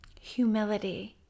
humility